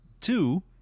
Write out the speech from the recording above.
Two